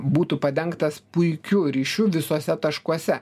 būtų padengtas puikiu ryšiu visuose taškuose